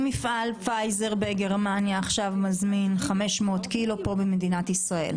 אם מפעל פייזר בגרמניה עכשיו מזמין 500 קילו במדינת ישראל.